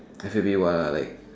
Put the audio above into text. I feel a bit !wah! like